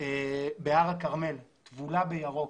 בהר הכרמל טבולה בירוק.